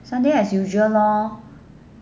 sunday as usual lor